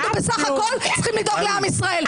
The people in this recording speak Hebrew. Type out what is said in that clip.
אנחנו בסך הכול צריכים לדאוג לעם ישראל.